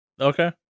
Okay